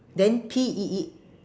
then P E E